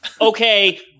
okay